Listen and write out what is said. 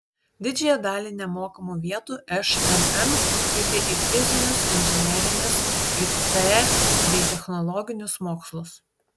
didžiąją dalį nemokamų vietų šmm nukreipė į fizinius inžinerinius it bei technologinius mokslus